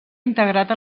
integrat